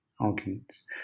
arguments